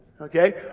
Okay